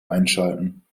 einschalten